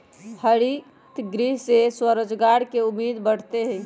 हरितगृह से स्वरोजगार के उम्मीद बढ़ते हई